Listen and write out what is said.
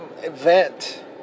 event